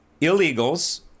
illegals